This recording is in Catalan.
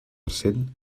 cent